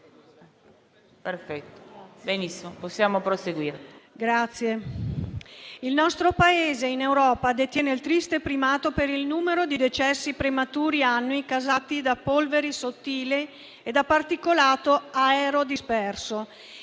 Il nostro Paese in Europa detiene il triste primato per il numero di decessi prematuri annui causati da polveri sottili e da particolato aerodisperso.